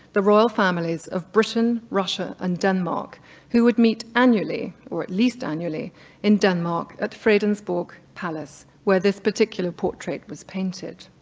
the royal families of britain, russia, and denmark who would meet annually, or at least annually in denmark at fredensborg palace where this particular portrait was painted.